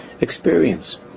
experience